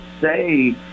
say